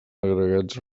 agregats